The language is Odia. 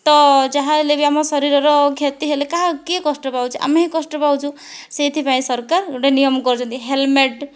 ତ' ଯାହା ହେଲେ ବି ଆମ ଶରୀରର କ୍ଷତି ହେଲେ କାହା କିଏ କଷ୍ଟ ପାଉଛି ଆମେ ହିଁ କଷ୍ଟ ପାଉଛୁ ସେଇଥି ପାଇଁ ସରକାର ଗୋଟିଏ ନିୟମ କରିଛନ୍ତି ହେଲମେଟ୍